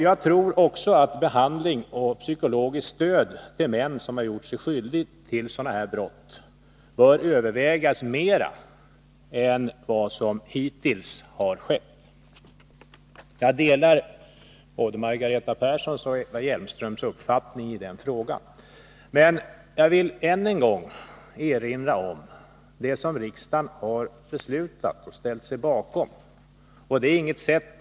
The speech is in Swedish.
Jag tror att behandling av och psykologiskt stöd till män som har gjort sig skyldiga till sådana här brott bör övervägas mer än vad som hittills har skett. Jag delar Margareta Perssons och Eva Hjelmströms uppfattning i den frågan. Jag vill än en gång erinra om vad riksdagen har ställt sig bakom och beslutat.